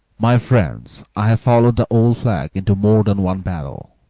my friends, i have followed the old flag into more than one battle.